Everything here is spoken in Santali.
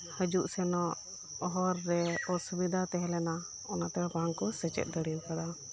ᱦᱤᱡᱩᱜ ᱥᱮᱱᱚᱜ ᱦᱚᱨ ᱨᱮ ᱚᱥᱩᱵᱤᱫᱷᱟ ᱛᱮᱦᱮᱸ ᱞᱮᱱᱟ ᱚᱟᱱᱛᱮ ᱵᱟᱝ ᱠᱚ ᱥᱮᱪᱮᱫ ᱫᱟᱲᱮᱭᱟᱠᱟᱫᱟ